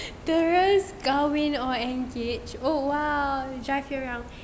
terus kahwin or engage oh !wow! he'll drive you around